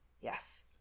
Yes